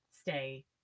stay